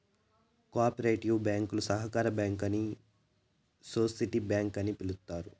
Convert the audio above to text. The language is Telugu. కో ఆపరేటివ్ బ్యాంకులు సహకార బ్యాంకు అని సోసిటీ బ్యాంక్ అని పిలుత్తారు